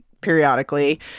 periodically